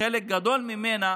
שחלק גדול ממנה